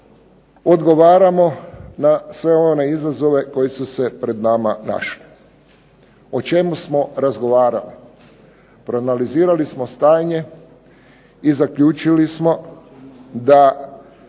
odgovaramo na sve one izazove koji su se pred nama našli. O čemu smo razgovarali? Proanalizirali smo stanje i zaključili smo da